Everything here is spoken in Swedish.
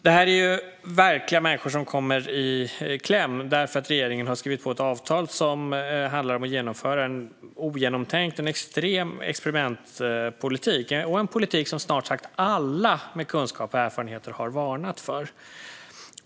Det här är verkliga människor som kommer i kläm därför att regeringen har skrivit på ett avtal som handlar om att genomföra en ogenomtänkt, extrem experimentpolitik, en politik som snart sagt alla med kunskap och erfarenhet har varnat för.